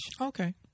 Okay